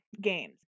games